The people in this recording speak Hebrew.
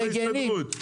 לא להסתדרות.